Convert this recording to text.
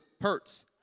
hurts